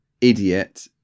idiot